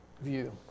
view